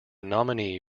nominee